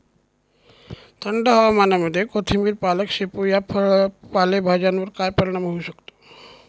थंड हवामानामध्ये कोथिंबिर, पालक, शेपू या पालेभाज्यांवर काय परिणाम होऊ शकतो?